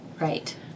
Right